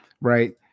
right